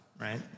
right